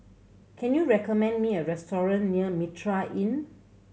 can you recommend me a restaurant near Mitraa Inn